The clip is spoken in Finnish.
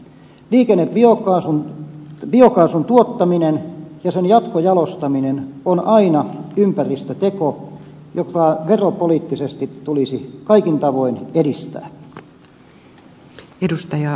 liikennebiokaasun tuottaminen ja sen jatkojalostaminen on aina ympäristöteko jota veropoliittisesti tulisi kaikin tavoin edistää